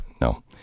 no